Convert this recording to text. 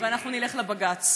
ואנחנו נלך לבג"ץ.